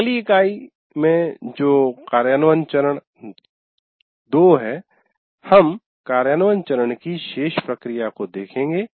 अगली इकाई में जो कार्यान्वयन चरण 2 है हम कार्यान्वयन चरण की शेष प्रक्रिया को देखेंगे